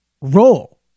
roll